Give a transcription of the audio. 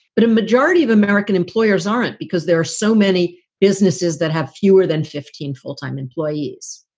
but a majority of american employers aren't because there are so many businesses that have fewer than fifteen full-time employees.